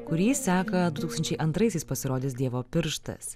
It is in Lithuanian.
kurį seka du tūkstančiai antraisiais pasirodęs dievo pirštas